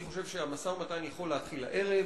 אני חושב שהמשא-ומתן יכול להתחיל הערב.